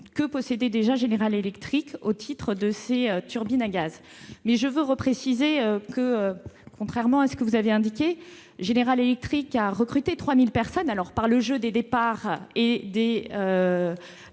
que gérait déjà General Electric au titre de ses turbines à gaz. Je tiens à rappeler que, contrairement à ce que vous avez indiqué, General Electric a recruté 3 000 personnes. Ce n'est que par le jeu des départs naturels